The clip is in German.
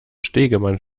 stegemann